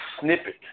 snippet